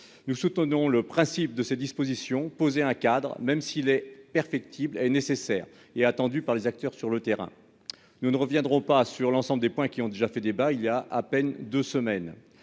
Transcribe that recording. nous soutenons le principe de ces dispositions, poser un cadre, même s'il est perfectible, est nécessaire et attendue par les acteurs sur le terrain, nous ne reviendrons pas sur l'ensemble des points qui ont déjà fait débat il y a à peine 2 semaines